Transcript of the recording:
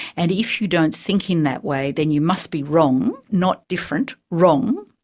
and if you don't think in that way, then you must be wrong, not different, wrong,